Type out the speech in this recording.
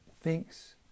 thinks